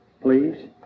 please